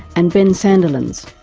and ben sandilands,